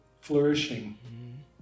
flourishing